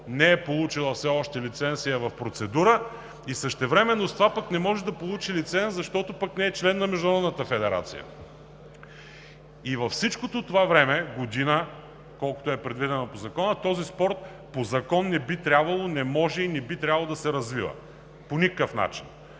не е получила лиценз и е в процедура, и същевременно с това пък не може да получи лиценз, защото пък не е член на Международната федерация. Във всичкото това време – година, колкото е предвидено по Закона, този спорт по закон не може и не би трябвало да се развива по никакъв начин